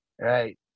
right